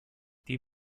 die